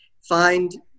find